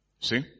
See